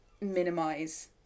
minimize